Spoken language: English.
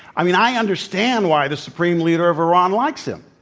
i mean, i understand why the supreme leader of iran likes him.